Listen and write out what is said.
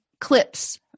clips